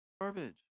Garbage